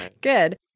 Good